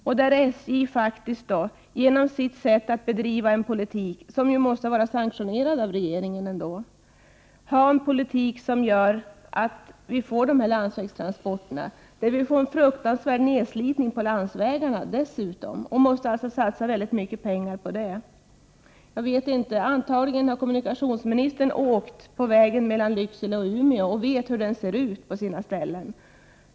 SJ har faktiskt fört en politik, som ju måste vara sanktionerad av regeringen, som gör att vi får de här landsvägstransporterna. Den trafiken leder dessutom till en fruktansvärd nedslitning av landsvägarna, vilket gör att det måste satsas väldigt mycket pengar på dem. Antagligen har kommunikationsministern åkt på vägen mellan Lycksele och Umeå och vet hur den ser ut på sina ställen.